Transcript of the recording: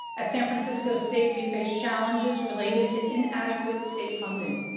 at san francisco state, we face challenges related to inadequate state funding,